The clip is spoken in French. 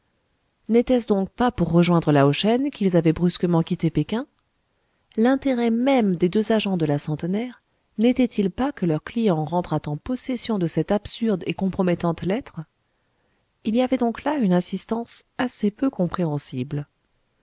n'était-ce donc pas pour rejoindre lao shen qu'ils avaient brusquement quitté péking l'intérêt même des deux agents de la centenaire n'était-il pas que leur client rentrât en possession de cette absurde et compromettante lettre il y avait donc là une insistance assez peu compréhensible